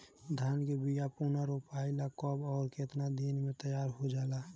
धान के बिया पुनः रोपाई ला कब और केतना दिन में तैयार होजाला?